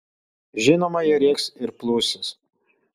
žinoma jie rėks ir plūsis